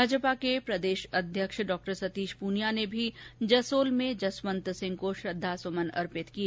भाजपा के प्रदेश अध्यक्ष डॉ सतीश पूनिया ने भी जसोल में जसंवत सिंह को श्रद्धासुमन अर्पित किए